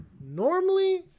normally